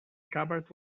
scabbard